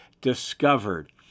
discovered